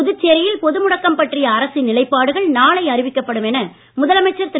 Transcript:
புதுச்சேரியில் பொதுமுடக்கம் பற்றிய அரசின் நிலைப்பாடுகள் நாளை அறிவிக்கப்படும் முதலமைச்சர் திரு